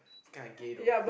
it's kinda gay though